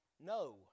No